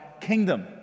kingdom